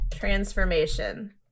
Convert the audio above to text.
transformation